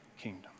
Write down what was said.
kingdom